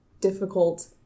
difficult